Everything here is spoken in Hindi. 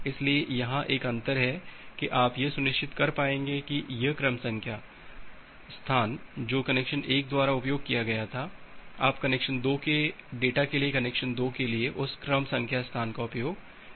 इसलिए यहाँ एक अंतर है कि आप यह सुनिश्चित कर पाएंगे कि यह क्रम संख्या स्थान जो कनेक्शन 1 द्वारा उपयोग किया गया था आप कनेक्शन 2 के डेटा के लिए कनेक्शन 2 के लिए उस क्रम संख्या स्थान का उपयोग नहीं करने जा रहे हैं